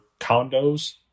condos